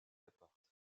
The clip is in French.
apporte